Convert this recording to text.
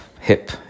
hip